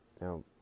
Now